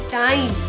time